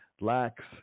lacks